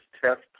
test